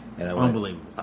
Unbelievable